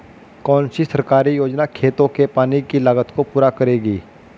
कौन सी सरकारी योजना खेतों के पानी की लागत को पूरा करेगी?